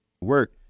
work